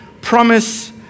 promise